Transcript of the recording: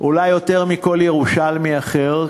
אולי יותר מאשר ללב כל ירושלמי אחר,